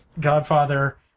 Godfather